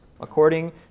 according